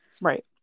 Right